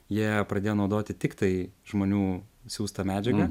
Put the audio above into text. jie pradėjo naudoti tiktai žmonių siųstą medžiagą